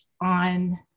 on